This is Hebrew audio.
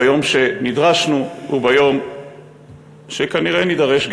ביום שנדרשנו וביום שכנראה גם נידרש.